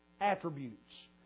attributes